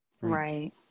right